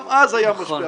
גם אז היה משבר.